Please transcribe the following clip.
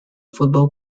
football